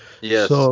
Yes